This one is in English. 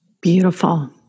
Beautiful